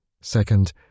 Second